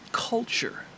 culture